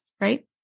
right